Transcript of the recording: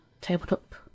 tabletop